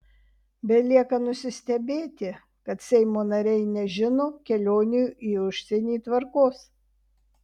belieka nusistebėti kad seimo nariai nežino kelionių į užsienį tvarkos